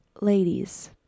ladies